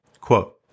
Quote